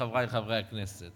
חברי חברי הכנסת,